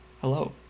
Hello